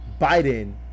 Biden